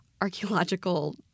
archaeological